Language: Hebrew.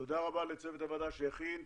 תודה רבה לצוות הוועדה שהכין,